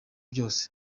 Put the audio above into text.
byose